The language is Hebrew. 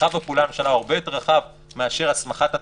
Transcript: מרחב הפעולה של הממשלה הרבה יותר רחב מאשר הסמכת התקנות,